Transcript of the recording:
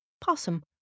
Possum